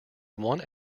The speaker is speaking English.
one